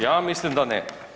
Ja mislim da ne.